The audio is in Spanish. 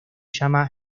llama